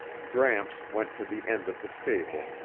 gramps went to the end of the stable,